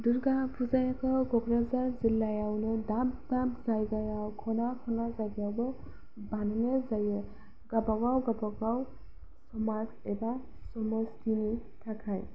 दुर्गा फुजाखौ क'क्राझार जिल्लायावनो दाब दाब जायगायाव खना खना जायगायावबो बानायनाय जायो गावबा गाव गावबा गाव समाज एबा सम्स्टिनि थाखाय